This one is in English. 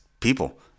people